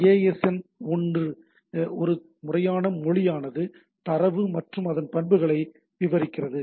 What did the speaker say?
ASN 1 ஒரு முறையான மொழி ஆனது தரவு மற்றும் அதன் பண்புகளை விவரிக்கிறது